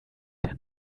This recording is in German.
der